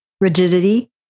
rigidity